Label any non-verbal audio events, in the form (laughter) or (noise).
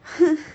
(laughs)